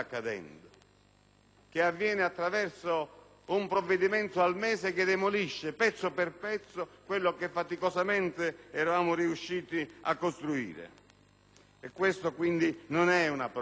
che avviene attraverso un provvedimento al mese che demolisce pezzo per pezzo quello che faticosamente eravamo riusciti a costruire. Questa non è una proroga!